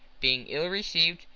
being ill-received,